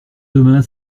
demain